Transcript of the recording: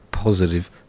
Positive